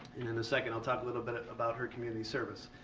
in and a second i'll talk a little bit about her community service.